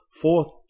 fourth